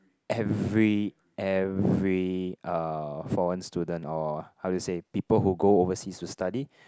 every every uh foreign student or how do you say people who go overseas to study